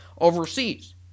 overseas